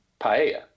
paella